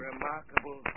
Remarkable